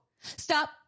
Stop